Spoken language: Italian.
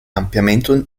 ampiamente